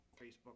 Facebook